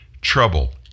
trouble